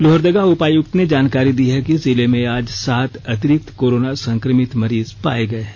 लोहरदगा उपायुक्त ने जानकारी दी है कि जिले में आज सात अंतिरिक्त कोरोना संक्रमित मरीज पाए गए हैं